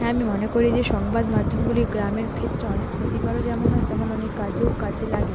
হ্যাঁ আমি মনে করি যে সংবাদমাধ্যমগুলি গ্রামের ক্ষেত্রে অনেক ক্ষতিকারও যেমন হয় তেমন অনেক কাজেও কাজে লাগে